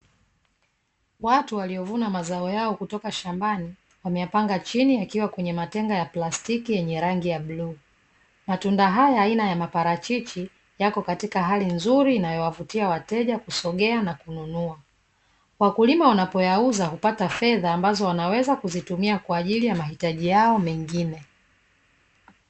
Watu waliovuna mazao yao kutoka shambani wameyapanga chini yakiwa kwenye matenga ya plastiki yenye rangi ya bluu, matunda hayo aina ya parachichi yapo katika hali nzuri inayowavutia wateja kusogea na kununua wakulima wanapoyauza hupata fedha ambazo wanaweza kuzitumia kwa ajili ya mahitaji yao mengine.